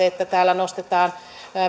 että täällä nostetaan